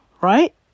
right